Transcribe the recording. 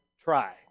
try